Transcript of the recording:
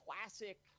classic